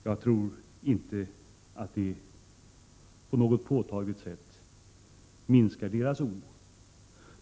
Jag tror inte att detta på något påtagligt sätt minskar deras oro.